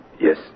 Yes